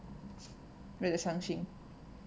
very 伤心